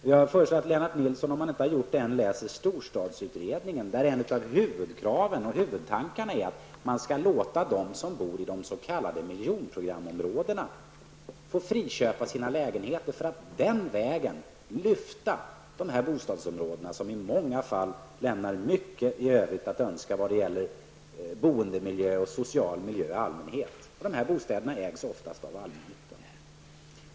Jag föreslår att Lennart Nilsson om han inte gjort det än läser storstadsutredningen, där huvudtanken är att man skall låta dem som bor i de s.k. miljonprogramområdena få friköpa sina lägenheter för att den vägen lyfta dessa bostadsområden, vilka i många fall lämnar mycket övrigt att önska när det gäller boendemiljö och social miljö i allmänhet. Dessa bostäder ägs oftast av allmännyttan.